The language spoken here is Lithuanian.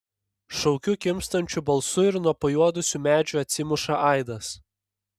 šaukiu kimstančiu balsu ir nuo pajuodusių medžių atsimuša aidas